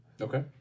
Okay